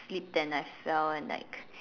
slipped and I fell and like